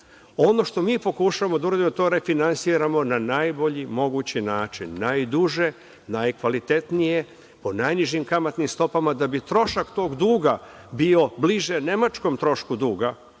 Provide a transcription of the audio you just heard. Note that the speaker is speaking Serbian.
što mi pokušavamo da uradimo, to refinansiramo na najbolji mogući način, najduže, najkvalitetnije, po najnižim kamatnim stopama da bi trošak tog duga bio bliže nemačkom trošku duga